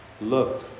Look